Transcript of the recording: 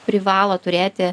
privalo turėti